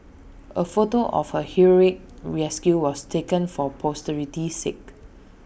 A photo of her heroic rescue was taken for posterity's sake